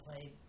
played